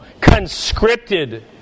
conscripted